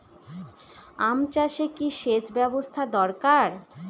আম চাষে কি সেচ ব্যবস্থা দরকার?